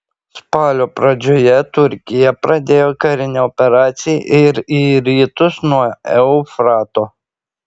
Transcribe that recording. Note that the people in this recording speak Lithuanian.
spalio pradžioje turkija pradėjo karinę operaciją ir į rytus nuo eufrato